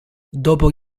dopo